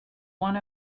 one